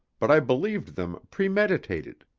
but i believed them premeditated.